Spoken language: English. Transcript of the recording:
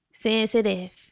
Sensitive